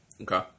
Okay